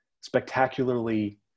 spectacularly